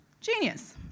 Genius